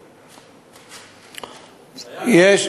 יש,